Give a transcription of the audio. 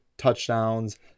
touchdowns